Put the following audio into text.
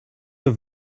have